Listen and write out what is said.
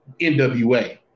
NWA